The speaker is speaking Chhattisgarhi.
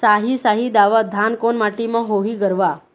साही शाही दावत धान कोन माटी म होही गरवा?